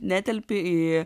netelpi į